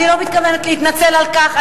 אני לא מתכוונת להתנצל על כך.